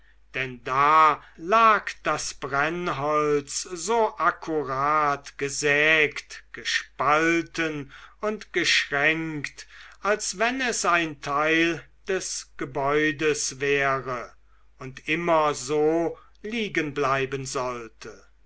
denn da lag das brennholz so akkurat gesägt gespalten und geschränkt als wenn es ein teil des gebäudes wäre und immer so liegenbleiben sollte